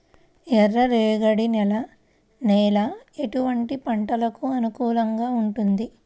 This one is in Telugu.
ఎర్ర రేగడి నేల ఎటువంటి పంటలకు అనుకూలంగా ఉంటుంది?